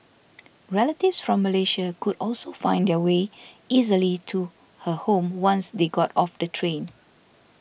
relatives from Malaysia could also find their way easily to her home once they got off the train